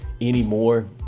anymore